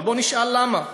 אבל בוא נשאל למה.